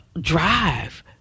drive